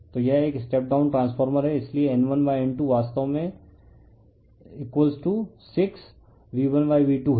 तो यह एक स्टेप डाउन ट्रांसफॉर्मर है इसलिए N1N2 वास्तव में 6 V1V2 है